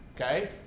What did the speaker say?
okay